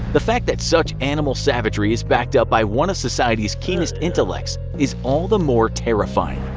the fact that such animal savagery is backed up by one of society's keenest intellects is all the more terrifying.